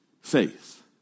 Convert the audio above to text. faith